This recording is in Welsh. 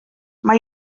mae